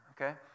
okay